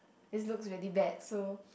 this looks really bad so